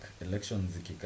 elections